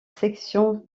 section